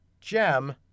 gem